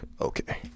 okay